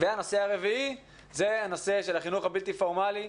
הנושא הרביעי החינוך הבלתי פורמלי,